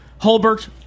Hulbert